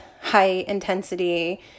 high-intensity